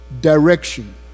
Direction